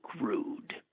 rude